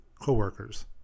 co-workers